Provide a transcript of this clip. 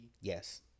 Yes